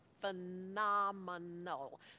phenomenal